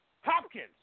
Hopkins